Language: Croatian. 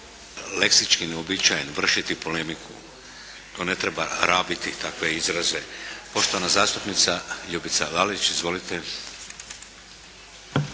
leksički neuobičajen vršiti polemiku. To ne treba rabiti takve izraze. Poštovana zastupnica Ljubica Lalić. Izvolite.